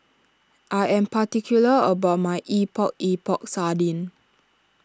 I am particular about my Epok Epok Sardin